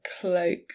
cloak